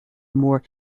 more